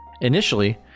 Initially